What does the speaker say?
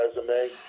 resume